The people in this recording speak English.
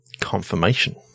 confirmation